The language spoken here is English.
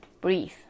breathe